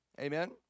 Amen